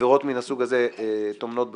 שעבירות מן הסוג הזה טומנות בחובן,